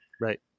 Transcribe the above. Right